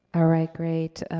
ah right, great.